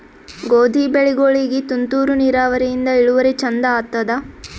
ಗೋಧಿ ಬೆಳಿಗೋಳಿಗಿ ತುಂತೂರು ನಿರಾವರಿಯಿಂದ ಇಳುವರಿ ಚಂದ ಆತ್ತಾದ?